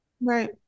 right